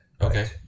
Okay